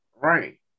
Right